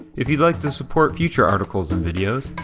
if you'd like to support future articles and videos,